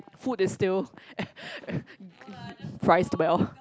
food is still priced well